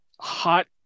hot